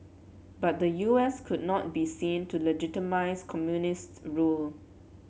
but the U S could not be seen to legitimise communist rule